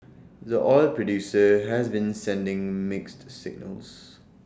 the oil producer has been sending mixed signals